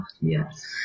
Yes